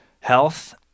health